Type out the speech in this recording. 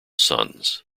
sons